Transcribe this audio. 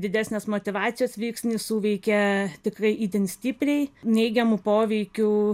didesnės motyvacijos veiksnį suveikia tikrai itin stipriai neigiamų poveikių